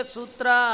Sutra